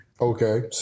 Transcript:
Okay